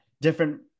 different